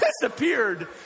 disappeared